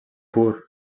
pur